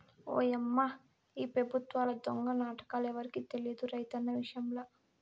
ఓయమ్మా ఈ పెబుత్వాల దొంగ నాటకాలు ఎవరికి తెలియదు రైతన్న విషయంల